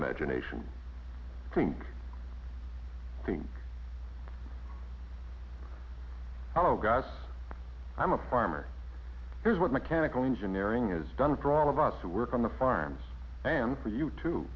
imagination think thing oh guys i'm a farmer here's what mechanical engineering is done for all of us to work on the farms than for you to